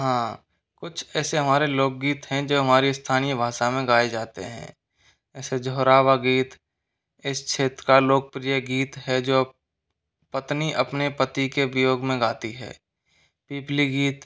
हाँ कुछ ऐसे हमारे लोकगीत हैं जो हमारे स्थानीय भाषा में गाए जाते हैं ऐसे जोहरावा गीत इस क्षेत्र का लोकप्रिय गीत है जो अ पत्नी अपनी पति के वियोग में गाती है पीपली गीत